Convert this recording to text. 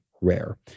rare